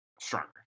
stronger